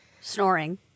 Snoring